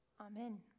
Amen